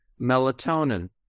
melatonin